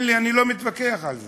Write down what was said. אני לא מתווכח על זה,